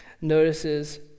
notices